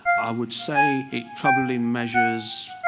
i would say it probably measures.